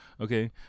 okay